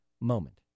moment